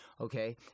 okay